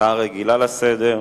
הצעה רגילה לסדר-היום.